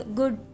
good